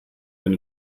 wenn